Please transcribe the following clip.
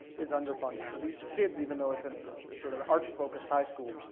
is underfunded. so these kids, even though it's an and sort of art focused high school,